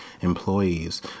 employees